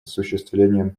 осуществлением